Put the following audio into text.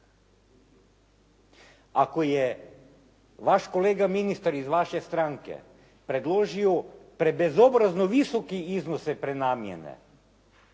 Ako je vaš kolega ministar iz vaše stranke predložio prebezobrazno visoke iznose prenamjene,